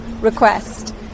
request